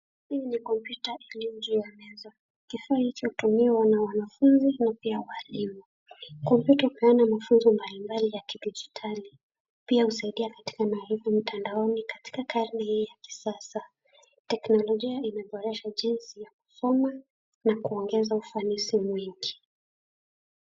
Hii ni kompyuta iliyo juu ya meza, kifaa hicho hutumiwa na wanafunzi na pia walimu, kompyuta hupeana mafunzo mbalimbali ya kidijitali pia husaidia katika maarifa mtandaoni katika karne hii ya kisasa teknolojia imeboresha jinsi ya kusoma na kuongeza ufanisi mwingi.